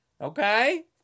Okay